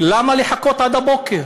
למה לחכות עד הבוקר?